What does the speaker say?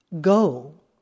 go